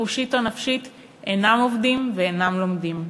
חושית או נפשית אינם עובדים ואינם לומדים.